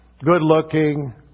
good-looking